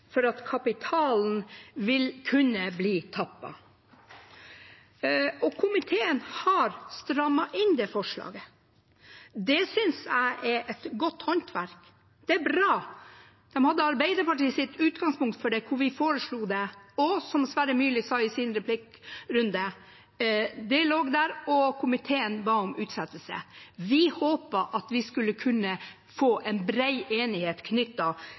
for at kapitalen kunne bli tappet. Komiteen har strammet inn det forslaget. Det synes jeg er godt håndverk. Det er bra. Man hadde Arbeiderpartiets utgangspunkt for det, for vi foreslo det. Som Sverre Myrli sa i sin replikkrunde, lå det der, og komiteen ba om utsettelse. Vi håpet at vi skulle få en bred enighet